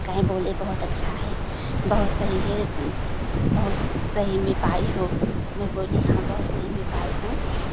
कहे बोले बहोत अच्छा है बहुत सही है बहुत सही में पाई हों मैं बोली हाँ बहुत सही में पाई हूँ